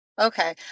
Okay